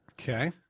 Okay